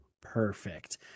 perfect